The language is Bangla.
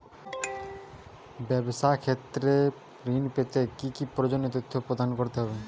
ব্যাবসা ক্ষেত্রে ঋণ পেতে কি কি প্রয়োজনীয় তথ্য প্রদান করতে হবে?